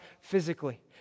physically